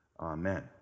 Amen